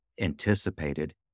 anticipated